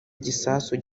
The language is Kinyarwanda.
igisasu